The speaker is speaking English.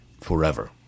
forever